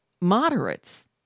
moderates